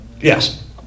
Yes